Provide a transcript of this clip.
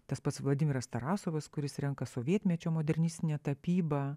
tas pats vladimiras tarasovas kuris renka sovietmečio modernistinę tapybą